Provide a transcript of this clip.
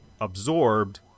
absorbed